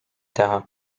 teha